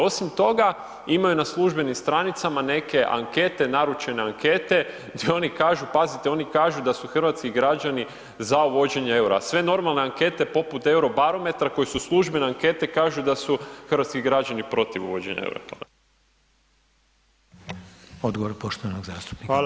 Osim toga, imaju na službenim stranicama neke ankete, naručene ankete gdje oni kažu, pazite, oni kažu da su građani za uvođenje EUR-a, sve normalne ankete poput Eurobarometra koje su službene ankete, kažu da hrvatski građani protiv uvođenja EUR-a.